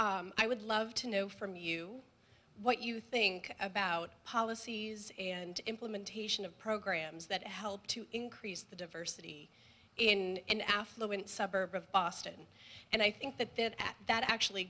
i would love to know from you what you think about policies and implementation of programs that help to increase the diversity in an affluent suburb of boston and i think that that actually